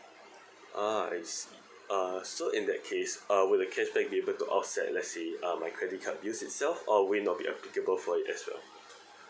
ah I see uh so in that case uh would the cashback be able to offset let's say my credit card bill itself or will it not be applicable for it as well